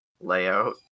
layout